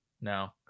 no